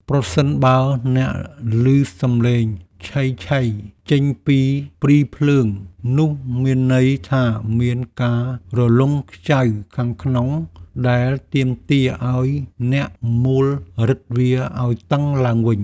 ប្រសិនបើអ្នកឮសំឡេងឆីៗចេញពីព្រីភ្លើង នោះមានន័យថាមានការរលុងខ្ចៅខាងក្នុង ដែលទាមទារឱ្យអ្នកមួលរឹតវាឱ្យតឹងឡើងវិញ។